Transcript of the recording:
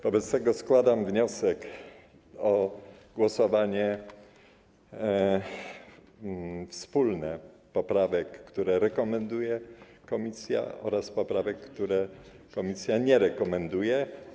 Wobec tego składam wniosek o głosowanie wspólne: nad poprawkami, które rekomenduje komisja, oraz nad poprawkami, których komisja nie rekomenduje.